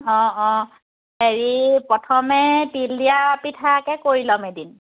অঁ অঁ হেৰি প্ৰথমে তিল দিয়া পিঠাকে কৰি ল'ম এদিন